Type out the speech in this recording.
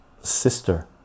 sister